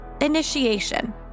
initiation